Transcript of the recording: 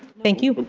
thank you.